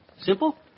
Simple